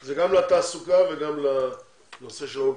זה גם לתעסוקה וגם לנושא של האולפנים.